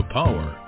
power